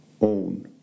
own